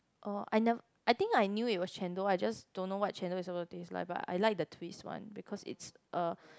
oh I never I think I knew it was chendol I just don't know what chendol is about to taste like but I like the twist one because it's uh